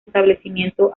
establecimiento